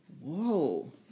whoa